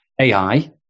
AI